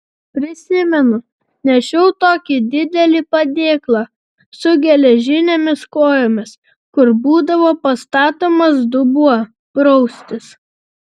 prisimenu nešiau tokį didelį padėklą su geležinėmis kojomis kur būdavo pastatomas dubuo praustis